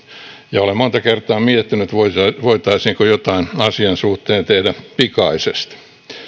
ja olen monta kertaa miettinyt voitaisiinko jotain asian suhteen tehdä pikaisesti